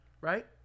right